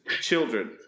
children